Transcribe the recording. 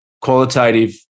qualitative